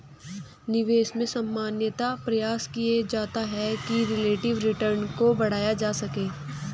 निवेश में सामान्यतया प्रयास किया जाता है कि रिलेटिव रिटर्न को बढ़ाया जा सके